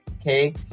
okay